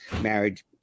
marriage